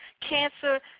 cancer